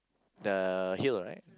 the hill what right